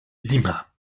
lima